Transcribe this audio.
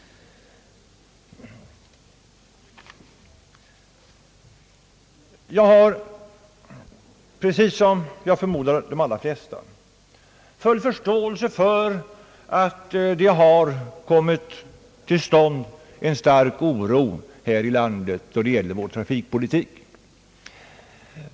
Jag har, liksom jag förmodar de allra flesta, full förståelse för att det har uppstått en stark oro här i landet då det gäller vår trafikpolitik.